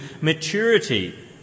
maturity